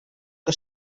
que